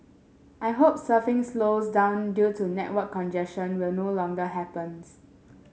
I hope surfing slows down due to network congestion will no longer happens